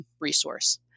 resource